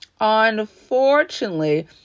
Unfortunately